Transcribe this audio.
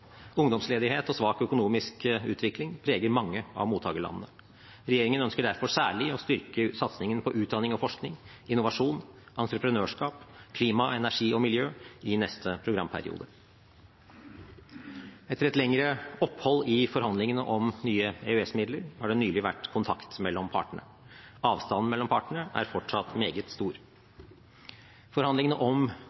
Ungdomsledighet og svak økonomisk utvikling preger mange av mottakerlandene. Regjeringen ønsker derfor særlig å styrke satsingen på utdanning og forskning, innovasjon, entreprenørskap, klima, energi og miljø i neste programperiode. Etter et lengre opphold i forhandlingene om nye EØS- midler har det nylig vært kontakt mellom partene. Avstanden mellom partene er fortsatt meget stor.